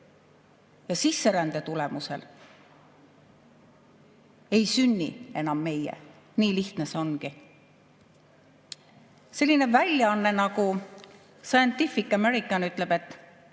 ja sisserände tulemusel ei sünni enam meid. Nii lihtne see ongi. Selline väljaanne nagu Scientific American ütleb, et